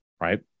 right